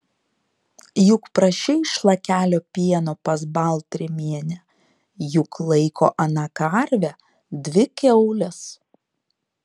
juk prašei šlakelio pieno pas baltrimienę juk laiko ana karvę dvi kiaules